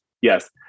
yes